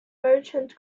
merchant